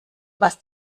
was